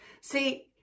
See